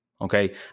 Okay